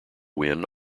win